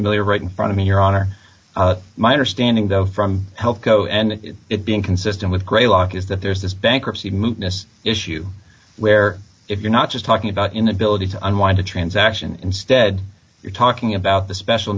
million right in front of me your honor my understanding though from health go and it being consistent with grey locke is that there's this bankruptcy mootness issue where if you're not just talking about inability to unwind a transaction instead you're talking about the special